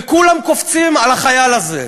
וכולם קופצים על החייל הזה,